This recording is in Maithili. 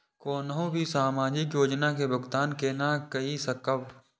कोनो भी सामाजिक योजना के भुगतान केना कई सकब?